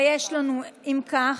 אם כך,